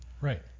Right